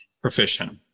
proficient